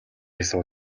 хийсэн